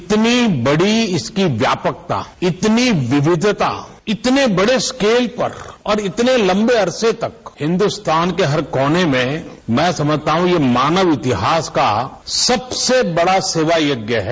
इतनी बड़ी इसकी व्यापकता इतनी विविधता इतने बड़े स्केल पर और इतने लम्बे अर्से तक हिन्दुस्तान के हर कोने में मैं समझता हूं कि मानव इतिहास कार सबसे बड़ा सेवा यज्ञ है